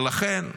ולכן,